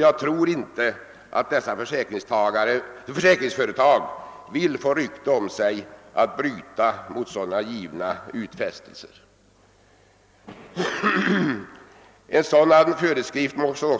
Jag tror inte att dessa försäkringsföretag vill få rykte om sig att bryta mot sådana givna utfästelser. En dylik föreskrift måste